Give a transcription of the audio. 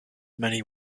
many